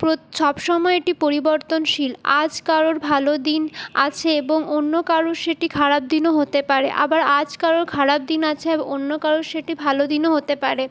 প্রত সব সময় এটি পরিবর্তনশীল আজ কারুর ভালো দিন আছে এবং অন্য কারুর সেটি খারাপ দিনও হতে পারে আবার আজ কারু খারাপ দিন আছে অন্য কারুর সেটি ভালো দিনও হতে পারে